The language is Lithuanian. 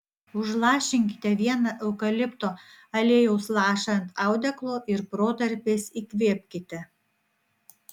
užlašinkite vieną eukalipto aliejaus lašą ant audeklo ir protarpiais įkvėpkite